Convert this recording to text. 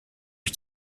ich